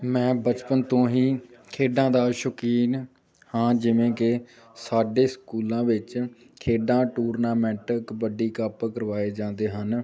ਮੈਂ ਬਚਪਨ ਤੋਂ ਹੀ ਖੇਡਾਂ ਦਾ ਸ਼ੌਕੀਨ ਹਾਂ ਜਿਵੇਂ ਕਿ ਸਾਡੇ ਸਕੂਲਾਂ ਵਿੱਚ ਖੇਡਾਂ ਟੂਰਨਾਮੈਂਟ ਕਬੱਡੀ ਕੱਪ ਕਰਵਾਏ ਜਾਂਦੇ ਹਨ